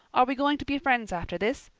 are we going to be friends after this?